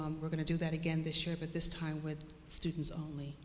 on we're going to do that again this year but this time with students only